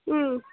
ம்